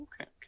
okay